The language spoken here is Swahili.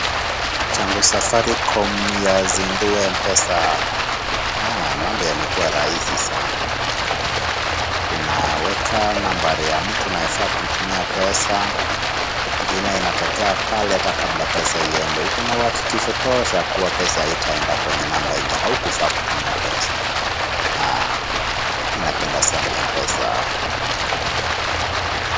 Tangu safaricom yazindue M-pesa mambo yamekuwa rahisi sana. Unaweka nambari ya mtu unayefaa kumtumia pesa jina inatokea pale hata kabla pesa iende. Uko na uhakikisho tosha kuwa pesa haitaenda kwa namba yenye haukufaa kutuma pesa. Mimi napenda sana Mpesa.